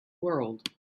world